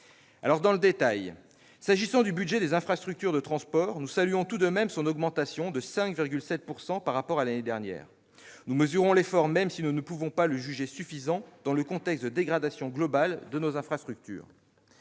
entrons dans le détail. S'agissant du budget des infrastructures de transports, nous saluons tout de même son augmentation de 5,7 % par rapport à l'année dernière. Nous mesurons l'effort, même si nous ne pouvons pas le juger suffisant, dans le contexte de dégradation globale de nos infrastructures.